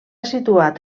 situat